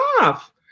off